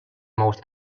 most